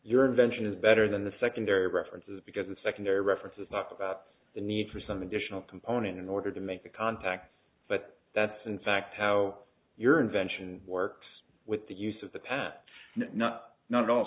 your invention is better than the secondary references because the secondary reference is not about the need for some additional component in order to make the contacts but that's in fact how your invention works with the use of the path not not al